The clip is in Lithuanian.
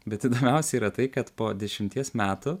bet įdomiausia yra tai kad po dešimties metų